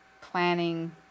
planning